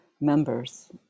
members